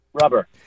Rubber